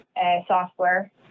software